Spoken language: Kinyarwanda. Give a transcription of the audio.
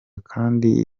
kandi